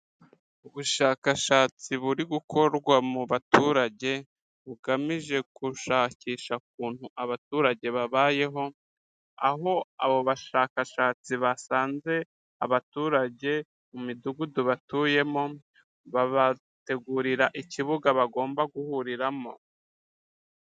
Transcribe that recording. Ubushakashatsi burigukorwa mu baturage bugamije gushakisha ukuntu abaturage babayeho. Aho abo bashakashatsi basanze abaturage mu midugudu batuyemo babategurira ikibuga bagomba guhuriramo.